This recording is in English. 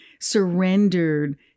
surrendered